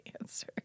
answer